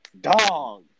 dog